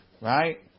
Right